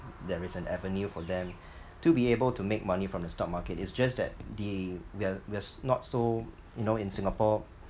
there is an avenue for them to be able to make money from the stock market it's just that the we're we're not so you know in Singapore